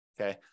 okay